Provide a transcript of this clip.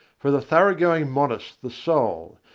for the thorough-going monist the soul,